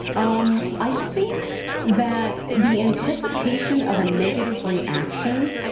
um i think that the anticipation of a negative reaction,